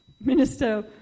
Minister